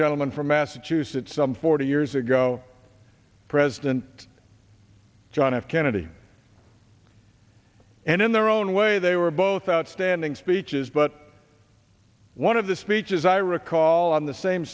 gentleman from massachusetts some forty years ago president john f kennedy and in their own way they were both outstanding speeches but one of the speeches i recall on the same